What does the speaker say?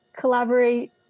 collaborate